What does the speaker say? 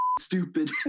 stupid